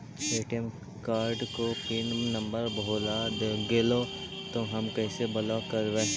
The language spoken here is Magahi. ए.टी.एम कार्ड को पिन नम्बर भुला गैले तौ हम कैसे ब्लॉक करवै?